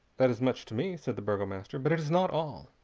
that is much to me, said the burgomaster, but it is not all.